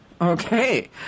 Okay